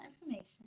information